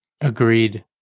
Agreed